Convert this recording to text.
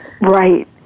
Right